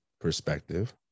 perspective